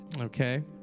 okay